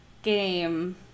Game